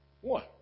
One